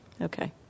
Okay